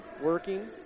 working